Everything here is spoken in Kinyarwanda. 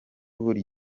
buri